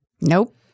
Nope